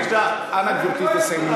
אנא, גברתי, תסיימי.